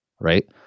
Right